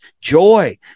joy